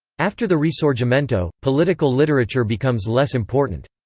after the risorgimento, political literature becomes less important.